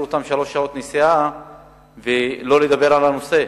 אותם שלוש שעות נסיעה ולא לדבר על הנושא.